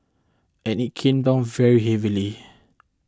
and it came down very heavily